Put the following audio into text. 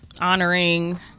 honoring